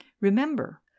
Remember